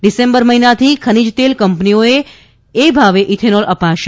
December મહિનાથી ખનીજ તેલ કંપનીઓને એ ભાવે ઇથેનોલ અપાશે